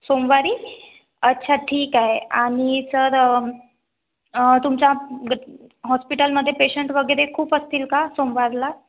सोमवारी अच्छा ठीक आहे आणि सर तुमच्या हॉस्पिटलमध्ये पेशंट वगैरे खूप असतील का सोमवारला